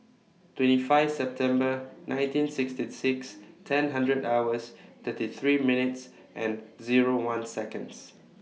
twenty five September nineteen sixty six ten hundred hours thirty three minutes and Zero one Seconds